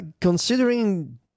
Considering